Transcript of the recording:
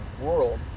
world